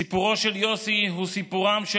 סיפורו של יוסי הוא סיפורם של